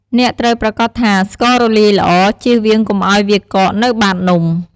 អ្នកត្រូវប្រាកដថាស្កររលាយល្អ ជៀសវាងកុំឱ្យវាកកនៅបាតនំ។